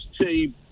team